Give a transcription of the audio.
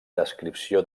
descripció